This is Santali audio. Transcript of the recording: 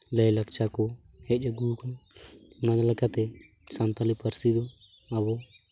ᱞᱟᱹᱭᱼᱞᱟᱠᱪᱟᱨ ᱠᱚ ᱦᱮᱡ ᱟᱹᱜᱩ ᱟᱠᱟᱱᱟ ᱱᱚᱣᱟ ᱞᱮᱠᱟᱛᱮ ᱥᱟᱱᱛᱟᱞᱤ ᱯᱟᱹᱨᱥᱤ ᱫᱚ ᱟᱵᱚ